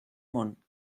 món